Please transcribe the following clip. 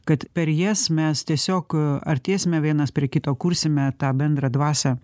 kad per jas mes tiesiog artėsime vienas prie kito kursime tą bendrą dvasią